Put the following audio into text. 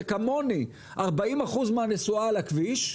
וכמוני 40% מהנסועה על הכביש,